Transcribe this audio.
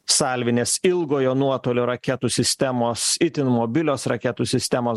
salvinės ilgojo nuotolio raketų sistemos itin mobilios raketų sistemos